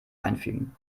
einfügen